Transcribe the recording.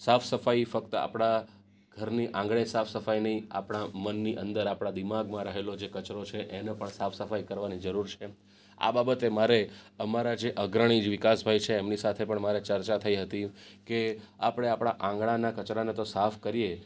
સાફ સફાઈ ફક્ત આપણાં ઘરની આંગણે સાફ સફાઇ નહીં આપણાં મનની અંદર આપણાં દિમાગમાં રહેલો જે કચરો છે એને પણ સાફ સફાઈ કરવાની જરૂર છે આ બાબતે મારે અમારા જે અગ્રણી જે વિકાસભાઈ છે એમની સાથે પણ મારે ચર્ચા થઈ હતી કે આપણે આપણાં આંગણાના કચરાને તો સાફ કરીએ